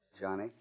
Johnny